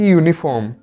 uniform